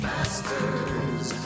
Masters